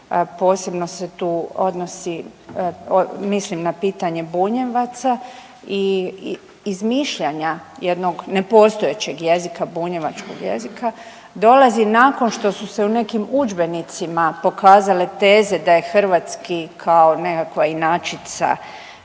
Posebno se tu odnosi, mislim na pitanje Bunjevaca, i izmišljanja jednog nepostojećeg jezika, bunjevačkog jezika. Dolazi nakon što su se u nekim udžbenicima pokazale teze da je hrvatski kao nekakva inačica